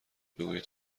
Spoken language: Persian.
بگویید